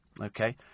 okay